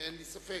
אין לי ספק.